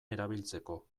erabiltzeko